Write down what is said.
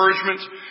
encouragement